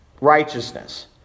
righteousness